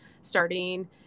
starting